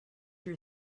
your